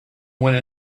went